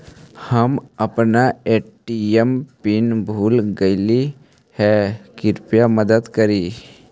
हम अपन ATM pin भूल गईली हे, कृपया मदद करी